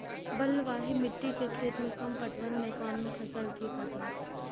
बलवाही मिट्टी के खेत में कम पटवन में कोन फसल ठीक होते?